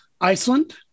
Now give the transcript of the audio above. Iceland